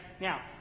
Now